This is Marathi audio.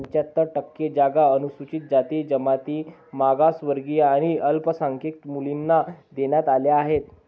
पंच्याहत्तर टक्के जागा अनुसूचित जाती, जमाती, मागासवर्गीय आणि अल्पसंख्याक मुलींना देण्यात आल्या आहेत